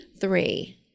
Three